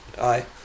aye